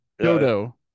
Dodo